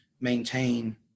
maintain